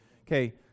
Okay